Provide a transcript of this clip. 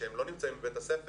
כשהם לא נמצאים בבית הספר,